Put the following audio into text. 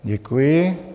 Děkuji.